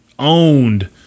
owned